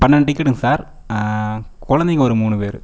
பன்னெண்டு டிக்கெட்டுங்க சார் ஆ குழந்தைங்க ஒரு மூனு பேர்